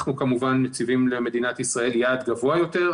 אנחנו כמובן מציבים למדינת ישראל יעד גבוה יותר,